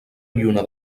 lluna